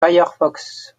firefox